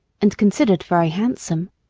and considered very handsome.